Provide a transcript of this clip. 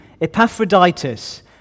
Epaphroditus